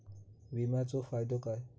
विमाचो फायदो काय?